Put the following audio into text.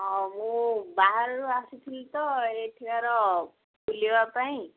ହଁ ମୁଁ ବାହାରରୁ ଆସିଥିଲି ତ ଏଠିକାର ବୁଲିବା ପାଇଁ